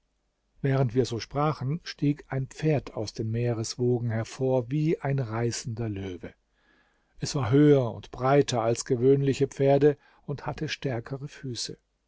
während wir so sprachen stieg ein pferd aus den meereswogen hervor wie ein reißender löwe es war höher und breiter als gewöhnliche pferde und hatte stärkere füße